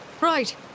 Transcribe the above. Right